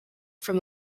from